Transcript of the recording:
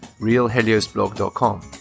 realheliosblog.com